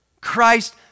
Christ